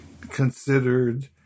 considered